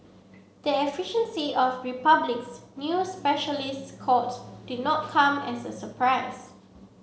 the efficiency of Republic's new specialist court did not come as a surprise